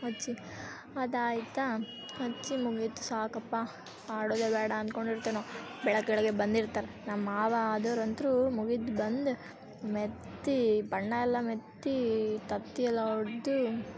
ಹಚ್ಚಿ ಅದು ಆಯಿತಾ ಹಚ್ಚಿ ಮುಗೀತು ಸಾಕಪ್ಪ ಆಡೋದೇ ಬೇಡ ಅನ್ಕೊಂಡಿರ್ತೇವೆ ನಾವು ಬೆಳಗ್ಗೆ ಬೆಳಗ್ಗೆ ಬಂದಿರ್ತಾರೆ ನಮ್ಮ ಮಾವ ಆದವ್ರಂತೂ ಮುಗಿತು ಬಂದು ಮೆತ್ತಿ ಬಣ್ಣ ಎಲ್ಲ ಮೆಟ್ಟಿ ತತ್ತಿ ಎಲ್ಲ ಒಡೆದು